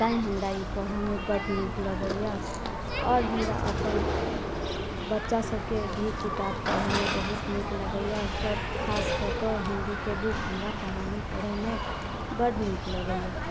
तैं हमरा ई पढ़ऽमे बड नीक लगैया आओर हमरा अपन बच्चा सबके भी किताब पढ़ऽ मे बहुत नीक लगैया सब खास कऽ के हिन्दी के बुक हमर कहानी पढ़ऽ मे बड नीक लगैया